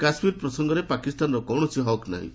କାଶ୍ମୀର ପ୍ରସଙ୍ଗରେ ପାକିସ୍ତାନର କୌଣସି ହକ୍ ନାହିଁ